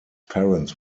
parents